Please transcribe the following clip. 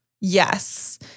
yes